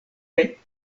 kaj